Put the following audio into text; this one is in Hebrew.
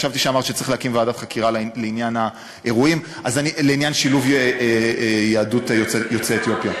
חשבתי שאמרת שצריך להקים ועדת חקירה לעניין שילוב יוצאי אתיופיה.